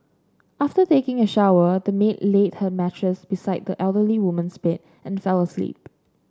after taking a shower the maid laid her mattress beside the elderly woman's bed and fell asleep